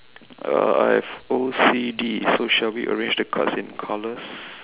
uh I have O_C_D so shall we arrange the cards in colours